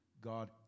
God